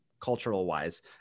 cultural-wise